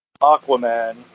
Aquaman